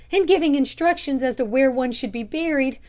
and giving instructions as to where one should be buried.